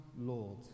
Lord